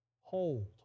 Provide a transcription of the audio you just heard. hold